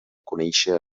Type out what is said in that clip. conèixer